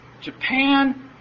Japan